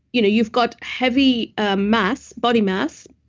you know you've got heavy ah mass, body mass,